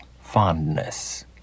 fondness